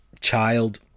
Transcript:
child